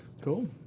Cool